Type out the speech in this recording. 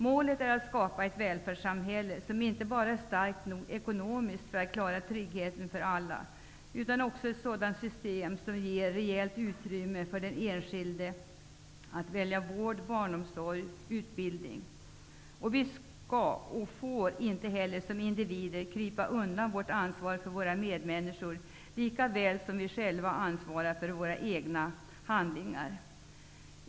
Målet är att skapa ett välfärdssamhälle som inte bara är starkt nog ekonomiskt för att klara tryggheten för alla, utan som också ger rejält utrymme för den enskilde att välja vård, barnomsorg och utbildning. Vi skall inte, och får inte, krypa undan vårt ansvar för våra medmänniskor, likaväl som vi själva ansvarar för våra egna handlingar.